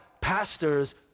pastors